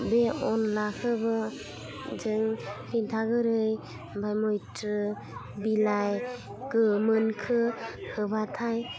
बे अनलाखौबो जों फिथा गोरै ओमफाय मैथ्रु बिलाइ गोमोनखौ होबाथाय